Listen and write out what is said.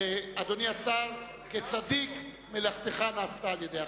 אדוני השר, כצדיק, מלאכתך נעשתה על-ידי אחרים.